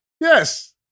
Yes